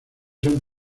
son